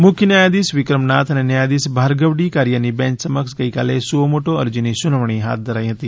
મુખ્ય ન્યાયાધીશ વિક્રમનાથ અને ન્યાયાધીશ ભાર્ગવ ડી કારીયાની બેંચ સમક્ષ ગઈકાલે સુઓ મોટો અરજીની સુનાવણી થઇ હતી